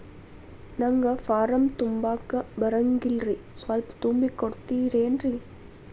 ನಂಗ ಫಾರಂ ತುಂಬಾಕ ಬರಂಗಿಲ್ರಿ ಸ್ವಲ್ಪ ತುಂಬಿ ಕೊಡ್ತಿರೇನ್ರಿ?